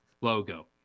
logo